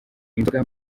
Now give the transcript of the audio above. inzoga